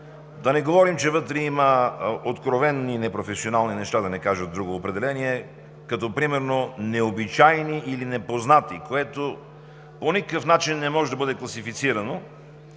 да не говорим, че вътре има откровени непрофесионални неща, да не кажа друго определение – като примерно необичайни или непознати, което по никакъв начин не може да бъде класифицирано